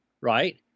right